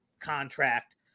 contract